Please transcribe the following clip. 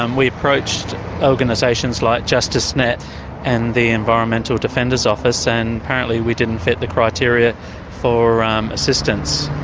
um we approached organisations like justicenet and the environmental defender's office and apparently we didn't fit the criteria for um assistance.